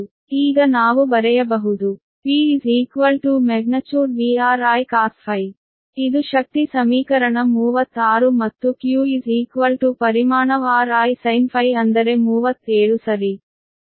ಈಗ ನಾವು ಬರೆಯಬಹುದು P |VR| |I| cos ∅ ಇದು ಶಕ್ತಿ ಸಮೀಕರಣ 36 ಮತ್ತು Q ಪರಿಮಾಣ|VR||ನಾನು|ಪಾಪ⁡∅ ಅಂದರೆ 37 ಸರಿ